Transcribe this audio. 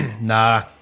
Nah